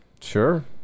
Sure